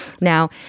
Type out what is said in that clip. Now